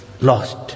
lost